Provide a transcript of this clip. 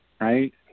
Right